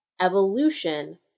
evolution